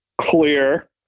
clear